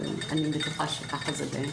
אני בטוחה שכך זה גם בכל המקומות האחרים.